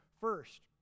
first